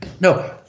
No